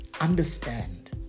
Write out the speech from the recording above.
Understand